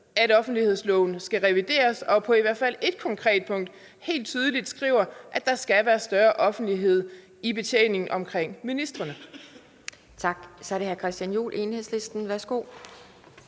at offentlighedsloven skal revideres, og at det i hvert fald på et konkret punkt helt tydeligt står skrevet, at der skal være større offentlighed i betjeningen af ministrene.